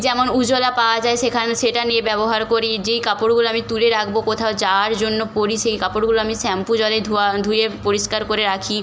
যেমন উজালা পাওয়া যায় সেখান সেটা নিয়ে ব্যবহার করি যেই কাপড়গুলো আমি তুলে রাখব কোথাও যাওয়ার জন্য পরি সেই কাপড়গুলো আমি শ্যাম্পু জলে ধোয়া ধুয়ে পরিষ্কার করে রাখি